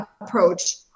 approach